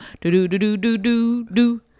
Do-do-do-do-do-do-do